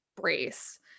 brace